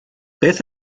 beth